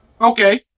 Okay